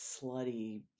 slutty